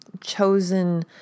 chosen